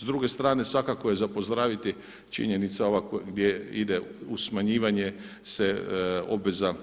S druge strane svakako je za pozdraviti činjenicu ova gdje ide u smanjivanje obveza